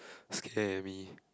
scare me